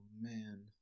man